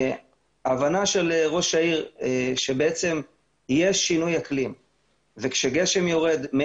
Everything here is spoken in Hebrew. ההבנה של ראש העיר היא שבעצם יש שינוי אקלים וכשיורד גשם